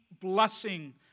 blessing